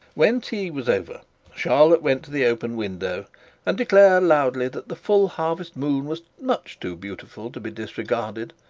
when tea was over charlotte went to the open window and declared loudly that the full harvest moon was much too beautiful to be disregarded,